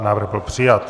Návrh byl přijat.